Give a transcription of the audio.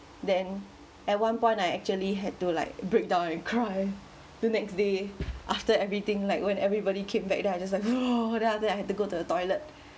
then at one point I actually had to like break down and cry the next day after everything like when everybody came back then I just like !whoa! then after that I had to go to the toilet